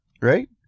right